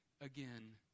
again